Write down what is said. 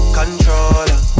controller